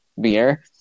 beer